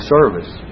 service